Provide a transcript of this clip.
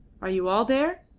are you all there?